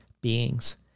beings